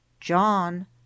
John